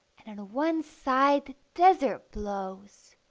and on one side the desert blows,